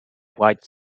white